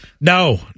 No